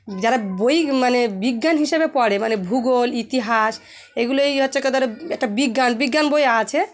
যারা বই মানে বিজ্ঞান হিসাবে পড়ে মানে ভূগোল ইতিহাস এগুলোই হচ্ছে কি তাদের একটা বিজ্ঞান বিজ্ঞান বইয়ে আছে